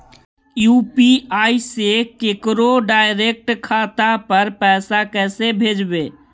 UPI से केकरो direct खाता पर पैसा कैसे भेजबै?